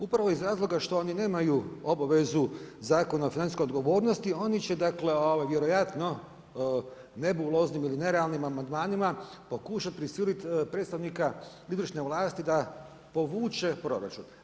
Upravo iz razloga što oni nemaju obavezu Zakona o financijskom odgovornosti oni će dakle vjerojatno nebuloznim ili nerealnim amandmanima pokušati prisiliti predstavnika izvršne vlasti da povuče proračun.